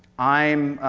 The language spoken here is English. i'm